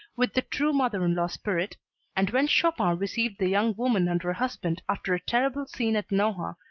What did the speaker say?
with the true mother-in-law spirit and when chopin received the young woman and her husband after a terrible scene at nohant,